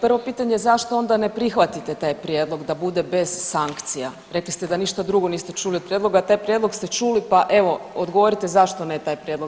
Prvo pitanje, zašto onda ne prihvatite taj prijedlog da bude bez sankcija, rekli ste da ništa drugo niste čuli od prijedloga, a taj prijedlog ste čuli pa evo odgovorite zašto ne taj prijedlog.